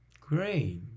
great